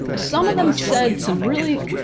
ah some of them said some really,